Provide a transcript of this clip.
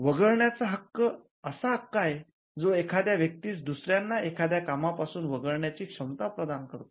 वगळण्याचा हक्क असा हक्क आहे जो एखाद्या व्यक्तीस दुसऱ्यांना एखाद्या कामापासून वगळण्याची क्षमता प्रदान करतो